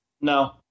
No